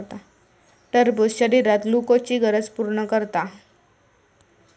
टरबूज शरीरात ग्लुकोजची गरज पूर्ण करता